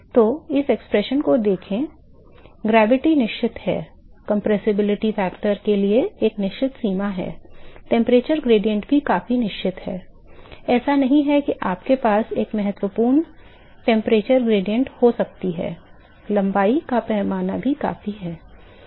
तो इस अभिव्यक्ति को देखें गुरुत्वाकर्षण निश्चित है संपीड़ितता कारक के लिए एक निश्चित सीमा है तापमान प्रवणता भी काफी निश्चित है ऐसा नहीं है कि आपके पास एक महत्वपूर्ण तापमान प्रवणता हो सकती है लंबाई का पैमाना भी काफी है